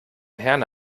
herne